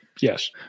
yes